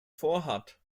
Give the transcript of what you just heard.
vorhat